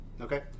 Okay